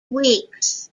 weeks